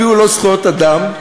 אפילו לא זכויות אדם,